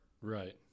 right